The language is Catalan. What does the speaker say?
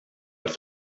els